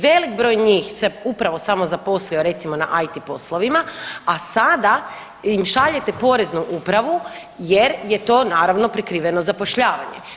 Velik broj njih se upravo samozaposlio recimo na IT poslovima, a sada im šaljete poreznu upravu jer je to naravno prikriveno zapošljavanje.